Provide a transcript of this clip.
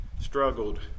struggled